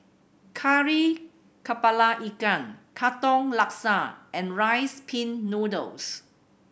Kari Kepala Ikan Katong Laksa and Rice Pin Noodles